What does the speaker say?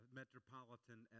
metropolitan